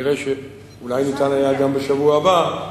נראה שאולי ניתן היה גם בשבוע הבא.